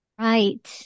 Right